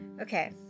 Okay